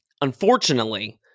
Unfortunately